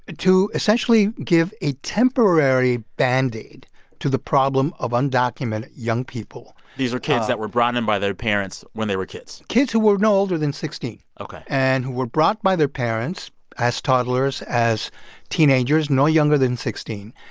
ah to essentially give a temporary band-aid to the problem of undocumented young people these were kids that were brought in by their parents when they were kids kids who were no older than sixteen. ok. and who were brought by their parents as toddlers, as teenagers, no younger than sixteen.